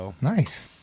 Nice